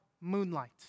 moonlight